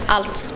Allt